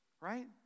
Right